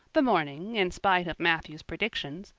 the morning, in spite of matthew's predictions,